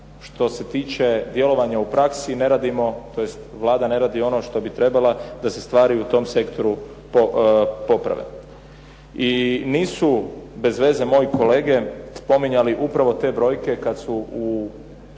što se tiče djelovanja u praksi, ne radimo tj. Vlada ne radi ono što bi trebala da se stvari u tom sektoru poprave. I nisu bezveze moji kolege spominjali upravo te brojke kad su u